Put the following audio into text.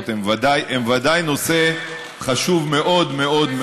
הם ודאי נושא חשוב מאוד מאוד מאוד,